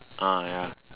ah ya